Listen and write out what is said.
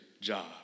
job